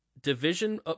division